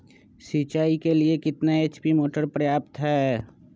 सिंचाई के लिए कितना एच.पी मोटर पर्याप्त है?